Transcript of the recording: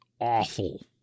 awful